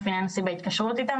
אין לנו פתרונות קסם,